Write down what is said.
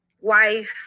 wife